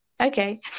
Okay